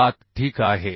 7 ठीक आहे